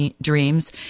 dreams